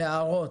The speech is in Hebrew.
להערות.